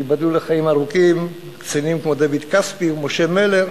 ושייבדלו לחיים ארוכים קצינים כמו דוד כספי ומשה מלר,